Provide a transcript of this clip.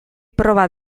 proba